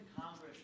Congress